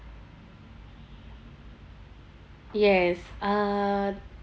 yes uh